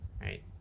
right